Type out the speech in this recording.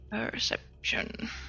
Perception